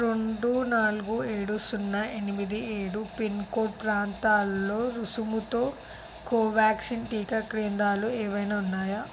రెండు నాలుగు ఏడు సున్నా ఎనిమిది ఏడు పిన్కోడ్ ప్రాంతాల్లో రుసుముతో కోవాక్సిన్ టీకా కేంద్రాలు ఏవైనా ఉన్నాయా